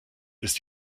ist